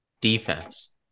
Defense